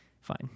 Fine